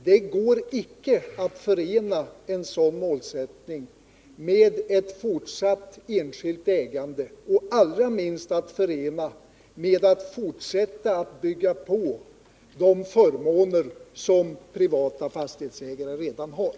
Det går icke att förena en sådan målsättning med ett fortsatt enskilt ägande, och allra minst går det att förena med att fortsätta att bygga på de förmåner som privata fastighetsägare redan har.